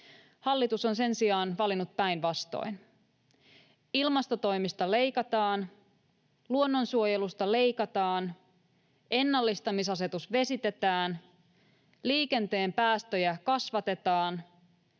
Hallitus on sen sijaan valinnut päinvastoin: ilmastotoimista leikataan, luonnonsuojelusta leikataan, ennallistamisasetus vesitetään, liikenteen päästöjä kasvatetaan,